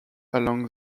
along